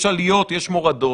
יש עליות, יש מורדות.